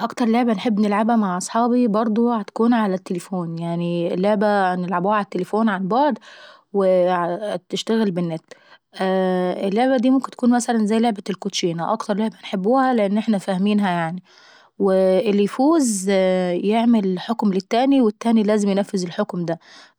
اكتر لعبة انحب نلعبها وانا قاعدة لوحداي ممكن اتكون لعبة كاندي كراش. انحب نلعبها ع التليفون لان اغلب الألعاب بتكون مع التليفون يعني. لعبة كاندي كراش او أي لعبة مشابهة ليها انحب ان نوصل فيها لمستويات معقدة. أحيانا باعدي بعض المستويات واحيانا لا فنضطر ان انا نلعب اللعبة من الاول، لحد مانوصل نفس المستوى ونعدين